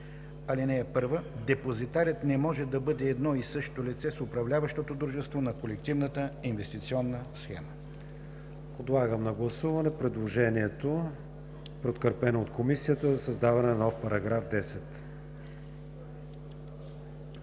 така: „(1) Депозитарят не може да бъде едно и също лице с управляващото дружество на колективната инвестиционна схема.“